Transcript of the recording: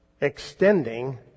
Extending